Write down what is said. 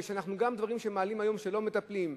גם דברים שמעלים היום ולא מטפלים בהם.